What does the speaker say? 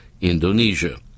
Indonesia